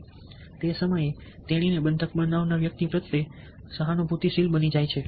બંધક પરિસ્થિતિમ અમુક સમયે તેણીને બંધક બનાવનાર વ્યક્તિ પ્રત્યે સહાનુભૂતિશીલ બની જાય છે